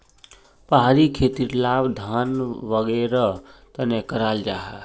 पहाड़ी खेतीर लाभ धान वागैरहर तने कराल जाहा